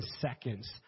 seconds